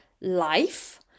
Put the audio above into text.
life